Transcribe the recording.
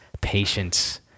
patience